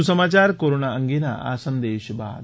વધુ સમાચાર કોરોના અંગેના આ સંદેશ બાદ